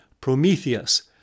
Prometheus